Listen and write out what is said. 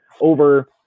over